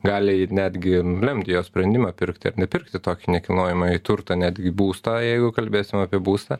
gali netgi nulemti jo sprendimą pirkti ar nepirkti tokį nekilnojamąjį turtą netgi būstą jeigu kalbėsim apie būstą